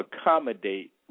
accommodate